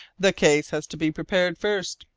the case has to be prepared first,